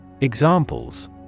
Examples